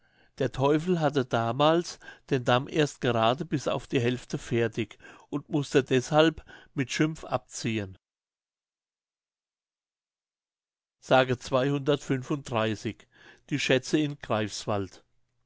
der teufel hatte damals den damm erst gerade bis auf die hälfte fertig und mußte deshalb mit schimpf abziehen mündlich die schätze in greifswald